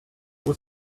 was